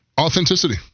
authenticity